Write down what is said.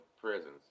prisons